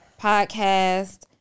podcast